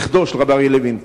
נכדו של אריה לוין,